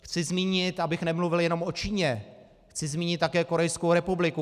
Chci zmínit, abych nemluvil jenom o Číně, chci zmínit také Korejskou republiku.